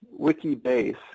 Wikibase